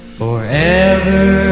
forever